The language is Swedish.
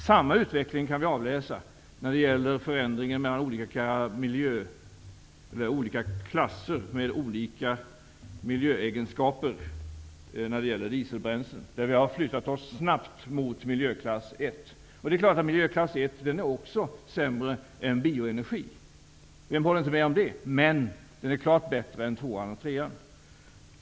Samma utveckling kan vi avläsa när det gäller förändringen med olika klasser av dieselbränsle med olika miljöegenskaper. Vi har snabbt flyttat oss mot miljöklass 1. Det är klart att miljöklass 1 är sämre än bioengergi. Vem håller inte med om det? Men den är klart bättre än klass 2 och 3.